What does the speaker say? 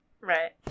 Right